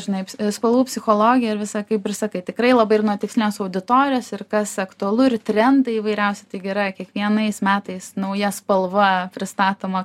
žinai spalvų psichologija ir visa kaip ir sakai tikrai labai ir nuo tikslinės auditorijos ir kas aktualu ir trendai įvairiausi taigi yra kiekvienais metais nauja spalva pristatoma